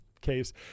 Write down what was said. case